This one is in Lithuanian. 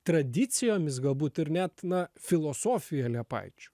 tradicijomis galbūt ir net na filosofija liepaičių